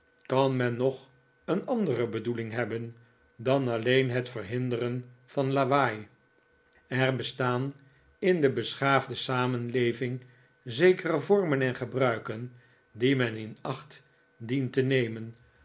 kan men nog een andere bedoeling hebben dan alleen het verhinderen van lawaai er bestaan in de beschaafde samenleving zekere vormen en gebruiken die men in acht dient te nemen